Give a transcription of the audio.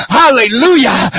hallelujah